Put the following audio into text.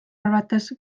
arvates